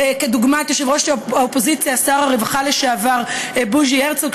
כדוגמת יושב-ראש האופוזיציה ושר הרווחה לשעבר בוז'י הרצוג,